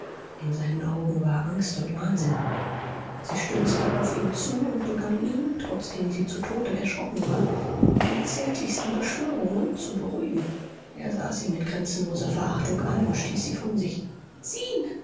in seinen augen war angst und wahnsinn sie stürzte auf ihn zu und begann ihn trotzdem sie zu tode erschrocken war mit den zärtlichsten beschwörungen zu beruhigen er sah sie mit grenzenloser verachtung an und stieß sie von sich zen